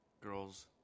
Girls